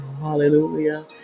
Hallelujah